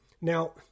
Now